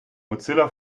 mozilla